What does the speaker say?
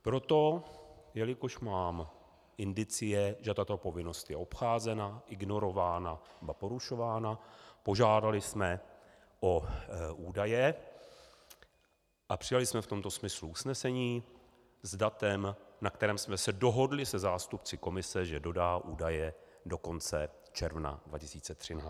Proto, jelikož mám indicie, že tato povinnost je obcházena, ignorována, ba porušována, požádali jsme o údaje a přijali jsme v tomto smyslu usnesení s datem, na kterém jsme se dohodli se zástupci komise, že dodá údaje do konce června 2013.